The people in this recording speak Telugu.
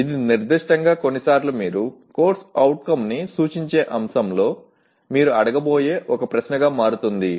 చాలా నిర్దిష్టంగా కొన్నిసార్లు మీరు CO ని సూచించే అంశంలో మీరు అడగబోయే ఒక ప్రశ్నగా మారుతుంది